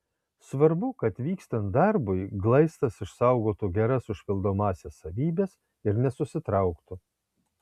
svarbu kad vykstant darbui glaistas išsaugotų geras užpildomąsias savybes ir nesusitrauktų